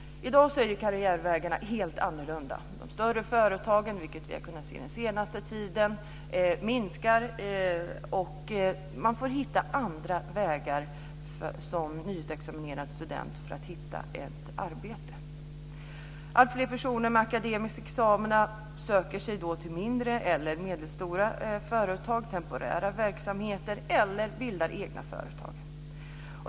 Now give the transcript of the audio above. I dag är karriärvägarna helt annorlunda. De större företagen minskar, vilket vi har kunnat se under den senaste tiden, och man får som nyutexaminerad student gå andra vägar för att hitta ett arbete. Alltfler personer med akademiska examina söker sig då till mindre eller medelstora företag eller temporära verksamheter eller bildar egna företag.